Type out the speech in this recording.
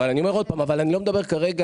אבל אני לא מדבר כרגע,